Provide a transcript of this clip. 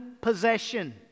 possession